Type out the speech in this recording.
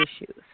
issues